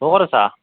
ক'ত আছা